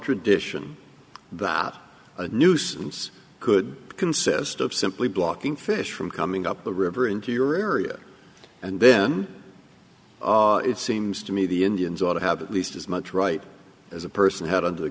tradition that a nuisance could consist of simply blocking fish from coming up the river into your area and then it seems to me the indians ought to have at least as much right as a person had under the